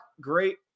great